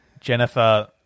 Jennifer